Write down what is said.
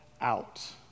out